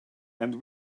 and